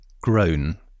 grown